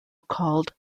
called